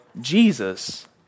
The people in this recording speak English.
Jesus